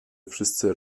wszyscy